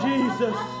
Jesus